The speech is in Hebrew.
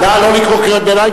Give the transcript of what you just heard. נא לא לקרוא קריאות ביניים,